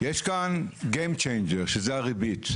יש כאן גיים צ'יינג'ר, שזו הריבית.